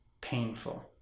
painful